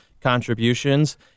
contributions